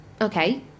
Okay